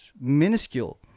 minuscule